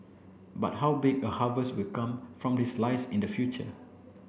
but how big a harvest will come from this lies in the future